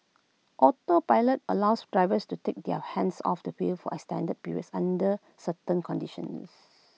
autopilot allows drivers to take their hands off the wheel for extended periods under certain conditions